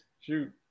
shoot